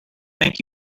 thank